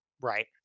Right